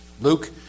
Luke